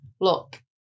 look